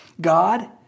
God